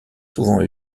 souvent